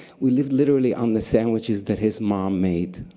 we lived literally on the sandwiches that his mom made.